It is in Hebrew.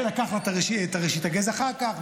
ולקח לה את ראשית הגז אחר כך,